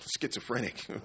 schizophrenic